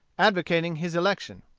advocating his election.